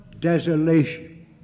desolation